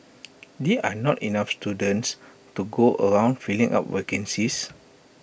there are not enough students to go around filling up vacancies